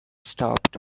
stopped